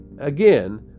again